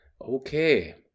okay